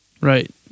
Right